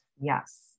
Yes